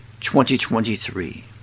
2023